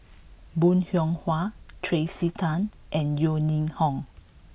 Bong Hiong Hwa Tracey Tan and Yeo Ning Hong